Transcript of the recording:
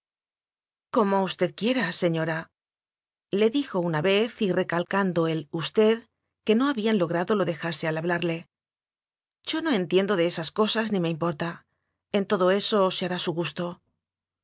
como usted quiera señorale dijo una vez y recalcando el usted que no habían lo grado lo dejase al hablarle yo no entiendo de esas cosas ni me importa en todo eso se hará su gusto